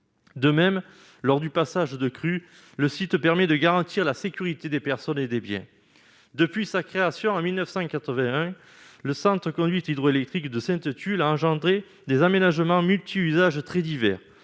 de même lors du passage de crue, le site permet de garantir la sécurité des personnes et des biens, depuis sa création en 1981 le Centre conduite hydroélectrique de Sainte-Tulle engendrer des aménagements multi- usages très divers,